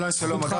שלום,